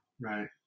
Right